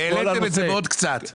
והעליתם את זה בעוד קצת.